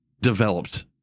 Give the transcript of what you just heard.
developed